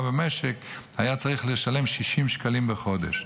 במשק היה צריך לשלם 60 שקלים בחודש,